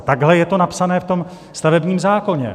Takhle je to napsané v tom stavebním zákoně.